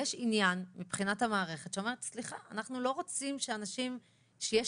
מבחינת המערכת יש עניין שהיא לא רוצה שיהיה